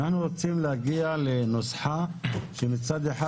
אנחנו רוצים להגיע לנוסחה שמצד אחד